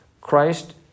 Christ